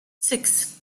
six